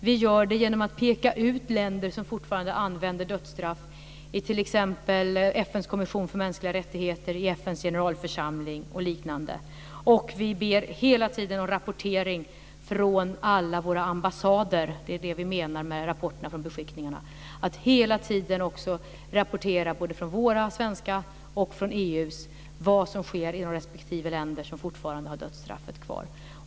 Vi gör det genom att peka ut länder som fortfarande använder dödsstraff i t.ex. FN:s kommission för mänskliga rättigheter, i FN:s generalförsamling och liknande. Och vi ber hela tiden om en rapportering från alla våra ambassader. Det är det som vi menar med rapporterna från beskickningarna. Man ska hela tiden rapportera både från våra svenska beskickningar och från EU:s vad som sker i de respektive länder som fortfarande har dödsstraffet kvar.